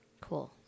Cool